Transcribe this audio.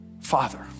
father